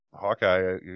Hawkeye